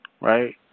Right